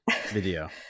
video